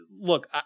look